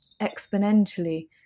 exponentially